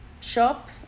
shop